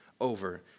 over